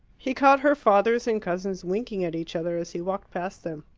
he caught her fathers and cousins winking at each other as he walked past them.